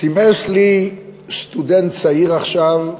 סימס לי סטודנט צעיר עכשיו,